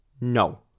No